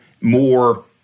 more